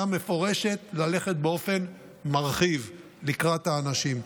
מפורשת ללכת באופן מרחיב לקראת האנשים.